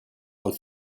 und